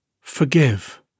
forgive